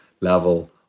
level